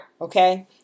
okay